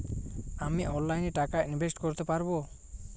আমি অনলাইনে টাকা ইনভেস্ট করতে পারবো?